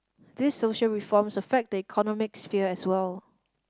these social reforms affect the economic sphere as well